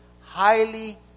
highly